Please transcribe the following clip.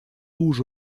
уже